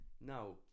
now